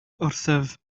wrthyf